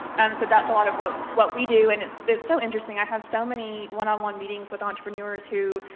and so that's a lot of what, what we do, and it's, it's so interesting. i have so many one on one meetings with entrepreneurs who,